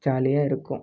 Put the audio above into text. ஜாலியாக இருக்கும்